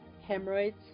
Hemorrhoids